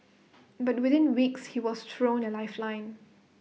but within weeks he was thrown A lifeline